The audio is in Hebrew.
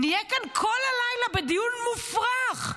נהיה כאן כל הלילה בדיון מופרך,